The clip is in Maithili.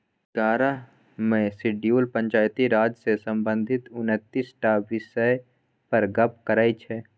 एगारहम शेड्यूल पंचायती राज सँ संबंधित उनतीस टा बिषय पर गप्प करै छै